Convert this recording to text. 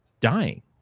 Dying